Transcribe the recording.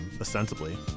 ostensibly